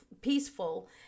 peaceful